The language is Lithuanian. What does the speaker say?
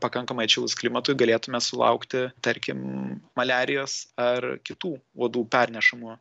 pakankamai atšilus klimatui galėtume sulaukti tarkim maliarijos ar kitų uodų pernešamų